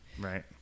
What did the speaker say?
Right